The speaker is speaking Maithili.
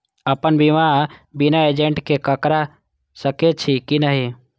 अपन बीमा बिना एजेंट के करार सकेछी कि नहिं?